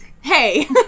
Hey